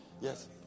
Yes